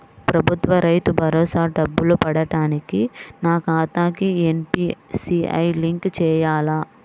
ప్రభుత్వ రైతు భరోసా డబ్బులు పడటానికి నా ఖాతాకి ఎన్.పీ.సి.ఐ లింక్ చేయాలా?